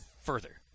further